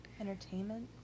entertainment